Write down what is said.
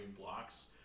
blocks